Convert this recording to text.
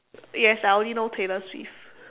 yes I only know Taylor-Swift